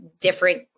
different